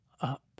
up